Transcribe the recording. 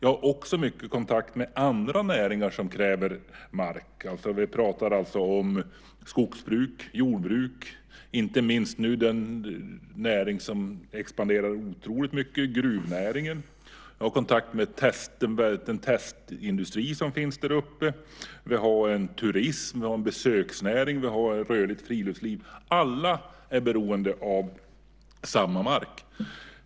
Jag har också mycket kontakt med andra näringar som kräver mark - skogsbruket, jordbruket och inte minst den näring som nu expanderar otroligt mycket, nämligen gruvnäringen. Jag har också kontakt med folk inom den testindustri som finns där uppe. Vidare har vi turismen samt en besöksnäring och ett rörligt friluftsliv. Alla är beroende av samma mark.